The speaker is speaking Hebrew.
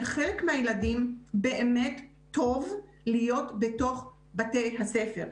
לחלק מהילדים באמת טוב להיות בתוך בתי הספר.